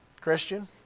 Christian